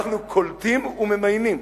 אנחנו קולטים וממיינים,